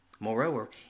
Moreover